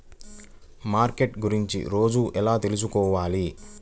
Market గురించి రోజు ఎలా తెలుసుకోవాలి?